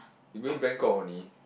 you going Bangkok only